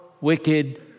wicked